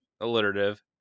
alliterative